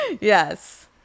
Yes